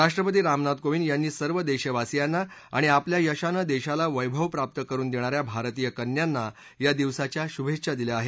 राष्ट्रपती रामनाथ कोविंद यांनी सर्व देशवासीयांना आणि आपल्या यशानं देशाला वघ्रि प्राप्त करून देणाऱ्या भारतीय कन्यांना या दिवसाच्या शुभेच्छा दिल्या आहेत